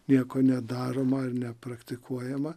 nieko nedaroma ar nepraktikuojama